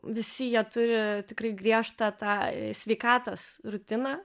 visi jie turi tikrai griežtą tą sveikatos rutiną